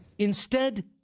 instead,